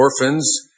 orphans